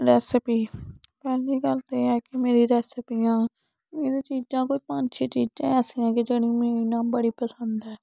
recipe पैह्ली गल्ल ते एह् ऐ कि मेरी रैसपियां इ'नें चीजां कोई पंज छे चीजां कोई ऐसियां कि जेह्ड़ी मिगी इ'यां बड़ी पसंद ऐ